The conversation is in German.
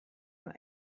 nur